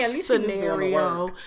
scenario